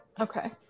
Okay